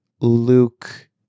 Luke